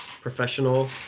professional